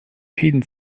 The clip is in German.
fäden